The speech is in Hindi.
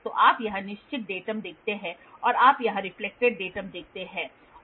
तो आप यहां निश्चित डेटम देखते हैं और आप यहां रिफ्लेक्टेड डेटम देखते हैं